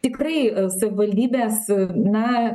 tikrai savivaldybės na